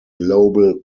global